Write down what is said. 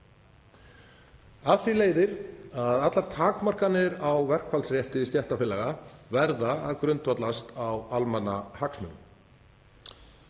Af því leiðir að allar takmarkanir á verkfallsrétti stéttarfélaga verða að grundvallast á almannahagsmunum.